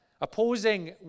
opposing